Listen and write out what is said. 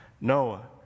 Noah